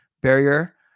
barrier